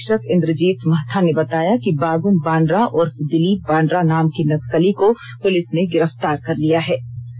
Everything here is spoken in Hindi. पुलिस अधीक्षक इंद्रजीत महाथा ने बताया कि बागुन बानरा उर्फ दिलीप बानरा नाम के नक्सली को पुलिस ने गिरफ्तार कर लिया है